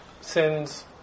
sins